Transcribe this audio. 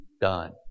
done